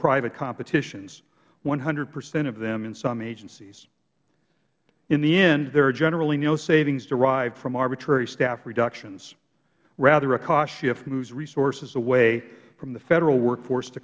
publicprivate competitions one hundred percent of them in some agencies in the end there are generally no savings derived from arbitrary staff reductions rather a cost shift moves resources away from the federal workforce t